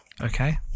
okay